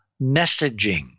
messaging